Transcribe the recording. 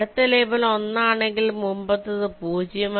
അടുത്ത ലേബൽ 1 ആണെങ്കിൽ മുമ്പത്തെ ലേബൽ 0